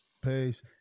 Peace